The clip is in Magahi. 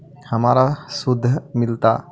हमरा शुद्ध मिलता?